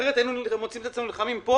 אחרת היינו מוצאים את עצמנו נלחמים פה